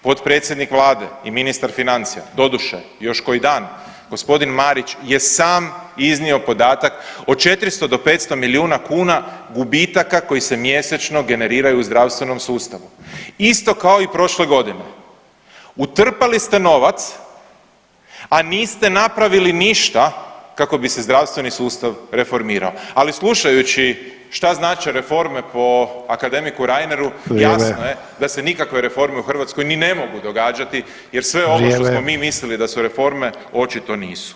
Potpredsjednik vlade i ministar financija doduše još koji dan g. Marić je sam iznio podatak o 400 do 500 milijuna kuna gubitaka koji se mjesečno generiraju u zdravstvenom sustavu isto kao i prošle godine, utrpali ste novac, a niste napravili ništa kako bi se zdravstveni sustav reformirao, ali slušajući šta znače reforme po akademiku Reineru jasno je da se nikakve reforme u Hrvatskoj ni ne mogu događati jer sve ovo što smo mi mislili da su reforme očito nisu.